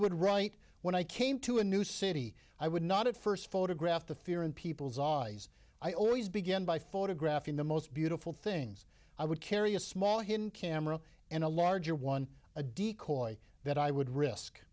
would write when i came to a new city i would not at first photograph the fear in people's eyes i always begin by photographing the most beautiful things i would carry a small hidden camera and a larger one a decoys that i would risk